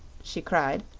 she cried,